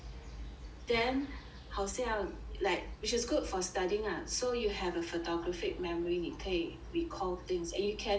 then 好像 like which is good for studying ah so you have a photographic memory 你可以 recall things and you can